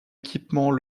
équipement